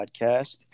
podcast